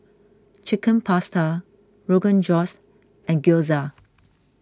Chicken Pasta Rogan Josh and Gyoza